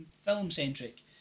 film-centric